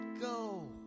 go